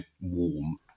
warm